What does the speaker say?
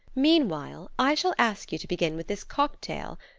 meanwhile, i shall ask you to begin with this cocktail,